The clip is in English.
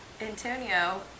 Antonio